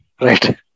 right